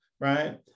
right